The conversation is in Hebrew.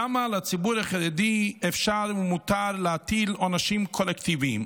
למה על הציבור החרדי אפשר ומותר להטיל עונשים קולקטיביים?